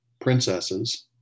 princesses